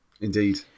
Indeed